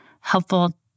helpful